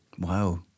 Wow